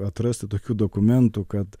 atrasti tokių dokumentų kad